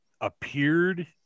appeared